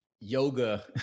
yoga